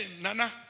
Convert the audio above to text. Nana